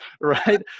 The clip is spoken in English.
Right